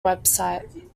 website